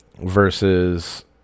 versus